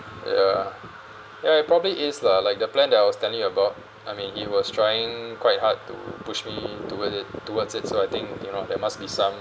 ya ya it probably is lah like the plan that I was telling you about I mean he was trying quite hard to push me to with it towards it so I think you know there must be some